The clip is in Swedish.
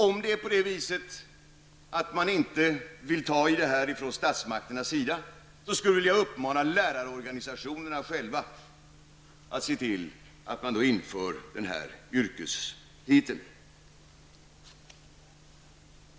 Om det är på det viset att man inte vill ta tag i detta från statsmakternas sida, skulle jag vilja uppmana lärarorganisationerna själva att se till att man inför dessa yrkestitlar.